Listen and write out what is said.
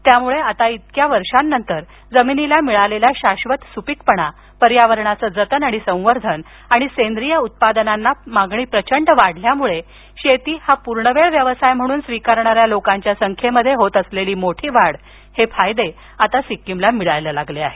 त्यामुळे आता इतक्या वर्षांनंतर जमिनीला मिळालेला शाश्वत सुपीकपणा पर्यावरणाचं जतन आणि संवर्धन आणि सेंद्रीय उत्पादनांना मागणी प्रचंड प्रमाणात वाढल्यामुळे शेती हा पूर्णवेळ व्यवसाय म्हणून स्वीकारणाऱ्या लोकांच्या संख्येत होत असलेली मोठी वाढ हे फायदे आता सिक्कीमला मिळू लागले आहेत